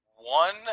One